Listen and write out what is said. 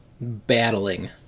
battling